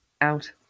out